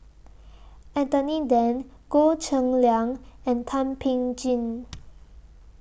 Anthony Then Goh Cheng Liang and Thum Ping Tjin